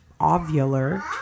ovular